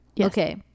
Okay